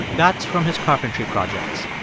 that's from his carpentry projects.